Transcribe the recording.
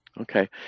Okay